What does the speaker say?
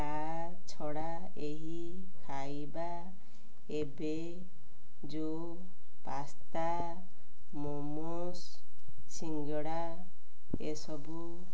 ତା ଛଡ଼ା ଏହି ଖାଇବା ଏବେ ଯେଉଁ ପାସ୍ତା ମୋମୋସ୍ ସିଙ୍ଗଡ଼ା ଏସବୁ